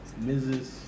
Mrs